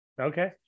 Okay